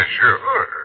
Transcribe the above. Sure